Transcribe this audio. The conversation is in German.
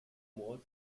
mord